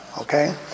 okay